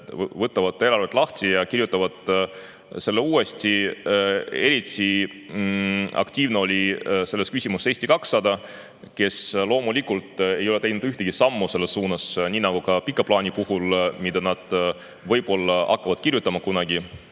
võtavad eelarve lahti ja kirjutavad selle uuesti. Eriti aktiivne oli selles küsimuses Eesti 200, kes loomulikult ei ole teinud ühtegi sammu selles suunas, nii nagu ka pika plaani puhul, mida nad võib-olla kunagi hakkavad kirjutama, aga